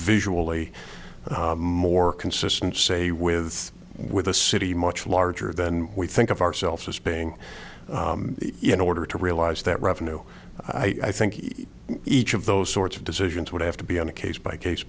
visually more consistent say with with a city much larger than we think of ourselves as being in order to realize that revenue i think each of those sorts of decisions would have to be on a case by case